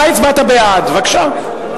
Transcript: אתה הצבעת בעד, בבקשה.